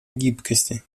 гибкости